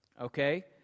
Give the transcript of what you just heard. okay